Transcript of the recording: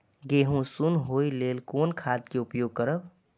गेहूँ सुन होय लेल कोन खाद के उपयोग करब?